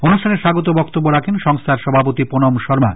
অনুষ্ঠানে স্বাগত বক্তব্য রাখেন সংস্থার সভাপতি পোনম শর্মা